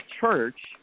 church